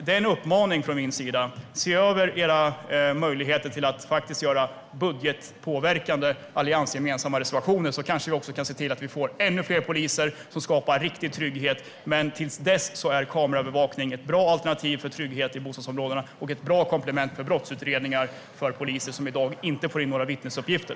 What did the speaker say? Det är en uppmaning från min sida: Se över era möjligheter till att väcka gemensamma budgetpåverkande reservationer, så kan vi också kan se till att det blir ännu fler poliser som skapar riktig trygghet! Till dess är kameraövervakning ett bra alternativ för trygghet o bostadsområden och ett bra komplement vid brottsutredningar för poliser som i dag inte får in några vittnesuppgifter.